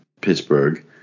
Pittsburgh